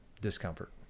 discomfort